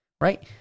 right